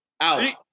out